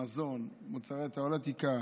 המזון, מוצרי טואלטיקה.